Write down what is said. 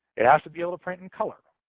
it has to be able to print in color,